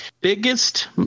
biggest